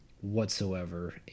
whatsoever